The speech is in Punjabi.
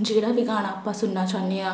ਜਿਹੜਾ ਵੀ ਗਾਣਾ ਆਪਾਂ ਸੁਣਨਾ ਚਾਹੁੰਦੇ ਹਾਂ